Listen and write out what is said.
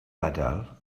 adael